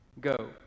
Go